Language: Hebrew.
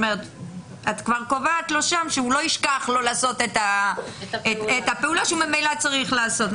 את כבר קובעת לו שם שלא ישכח לעשות את הפעולה שהוא ממילא צריך לעשות.